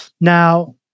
Now